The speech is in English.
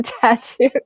tattoo